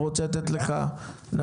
הוא רוצה לתת לך נתון.